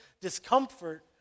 discomfort